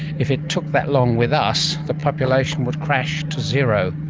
if it took that long with us, the population would crash to zero.